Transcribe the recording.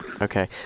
Okay